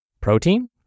protein